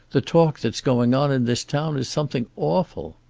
the talk that's going on in this town is something awful.